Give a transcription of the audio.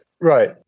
Right